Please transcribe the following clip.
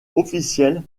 officiel